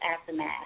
aftermath